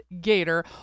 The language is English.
gator